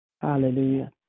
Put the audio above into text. Hallelujah